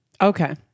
Okay